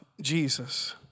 Jesus